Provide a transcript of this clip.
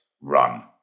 run